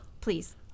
Please